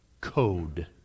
code